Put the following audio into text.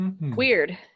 weird